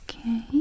Okay